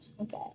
okay